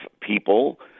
people